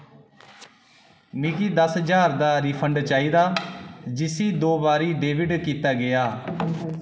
मिगी दस ज्हार दा रिफंड चाहिदा जिसी दो बारी डेबिट कीता गेआ हा